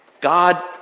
God